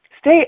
stay